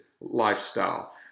lifestyle